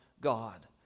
God